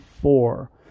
four